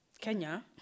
Kenya